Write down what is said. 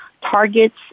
targets